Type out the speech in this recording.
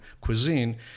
cuisine